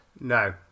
No